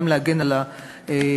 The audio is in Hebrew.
גם להגן על האמנים,